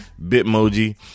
bitmoji